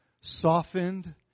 softened